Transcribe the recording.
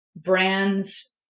brands